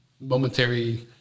momentary